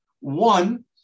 One